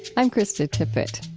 i'm krista tippett.